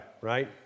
right